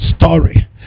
story